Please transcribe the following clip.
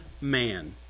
man